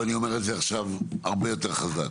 ואני אומר את זה עכשיו הרבה יותר חזק.